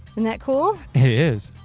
and that cool? it is.